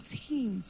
team